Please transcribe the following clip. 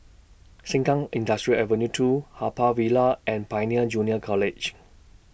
Sengkang Industrial Avenue two Haw Par Villa and Pioneer Junior College